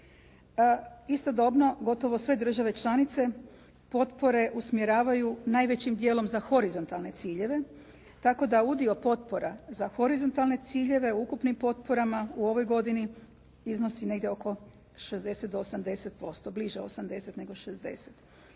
Istodobno gotovo sve države članice potpore usmjeravaju najvećim dijelom za horizontalne ciljeve, tako da udio potpora za horizontalne ciljeve, ukupnim potporama u ovoj godini iznosi negdje oko 60 do 80%, bliže 80 nego 60.